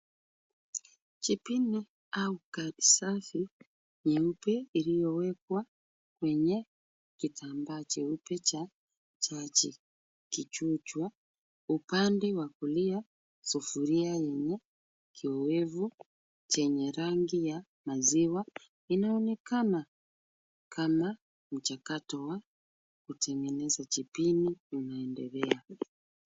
Kipini au gari safi nyeupe iliyowekwa kwenye kitambaa cheupe cha jaji ikichujwa. Upande wa kulia sufuria yenye kiowevu chenye rangi ya maziwa inaonekana kama mchakato wa kutengeneza jibini unaendelea.